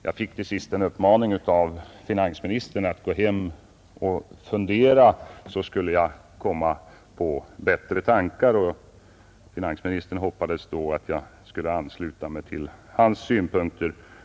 Jag fick en uppmaning av finansministern att gå hem och fundera, så skulle jag komma på bättre tankar. Finansministern hoppades naturligtvis att jag då skulle ansluta mig till hans synpunkter.